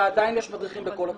ועדיין יש מדריכים בכל הקבוצות.